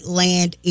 land